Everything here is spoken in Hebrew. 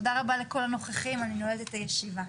תודה רבה לכל הנוכחים, אני נועלת את הישיבה.